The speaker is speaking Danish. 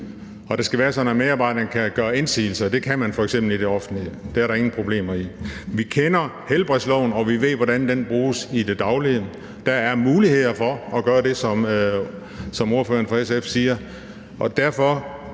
Det skal være sådan, at medarbejderen kan gøre indsigelse. Det kan man f.eks. i det offentlige. Det er der ingen problemer i. Vi kender helbredsloven, og vi ved, hvordan den bruges i det daglige. Der er muligheder for at gøre det, som ordføreren for SF siger, så hvorfor